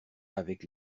avec